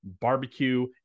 barbecue